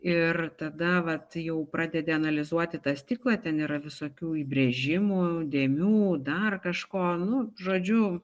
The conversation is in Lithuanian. ir tada vat jau pradedi analizuoti tą stiklą ten yra visokių įbrėžimų dėmių dar kažko nu žodžiu